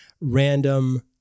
random